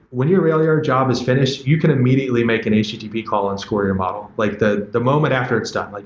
when your railyard job is finished, you can immediately make an http call and score your model. like the the moment after it's done. like